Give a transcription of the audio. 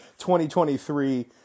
2023